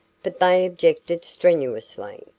but they objected strenuously.